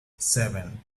seven